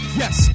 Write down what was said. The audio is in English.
yes